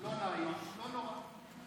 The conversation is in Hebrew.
לא נעים, לא נורא.